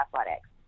athletics